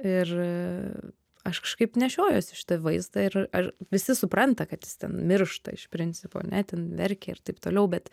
ir aš kažkaip nešiojuosi šitą vaizdą ir ar visi supranta kad jis ten miršta iš principo ane ten verkia ir taip toliau bet